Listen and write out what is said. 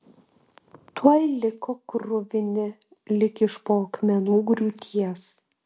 tuoj liko kruvini lyg iš po akmenų griūties